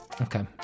Okay